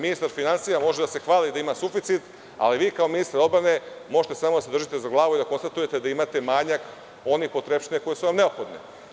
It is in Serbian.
Ministar finansija može da se hvali da ima suficit, ali vi kao ministar odbrane možete samo da se držite za glavu i konstatujete da imate manjak onih potrepština koje su vam neophodne.